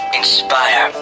inspire